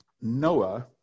Noah